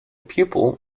pupil